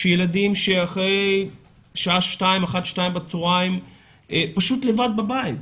ילדים שאחרי שעה 14:00-13:00 בצוהריים פשוט לבד בבית,